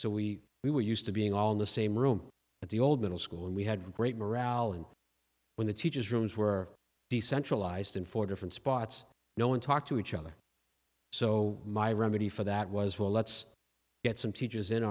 so we we were used to being all in the same room at the old middle school and we had great morale and when the teachers rooms were decentralised in four different spots no one talked to each other so my remedy for that was well let's get some teachers in